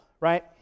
right